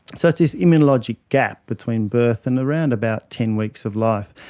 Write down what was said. so it's this immunologic gap between birth and around about ten weeks of life,